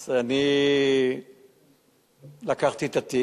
אז לקחתי את התיק,